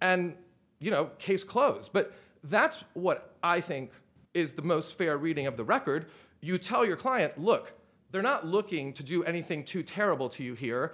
and you know case closed but that's what i think is the most fair reading of the record you tell your client look they're not looking to do anything too terrible to you here